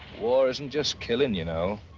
war isn't just killing, you know.